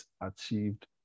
achieved